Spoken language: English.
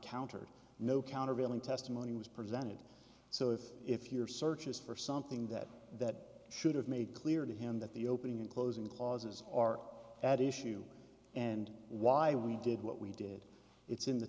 countered no countervailing testimony was presented so if if your search is for something that that should have made clear to him that the opening and closing clauses are at issue and why we did what we did it's in the